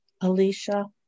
Alicia